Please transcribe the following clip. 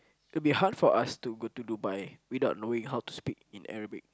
it will be hard for us to go to Dubai without knowing how to speak in Arabic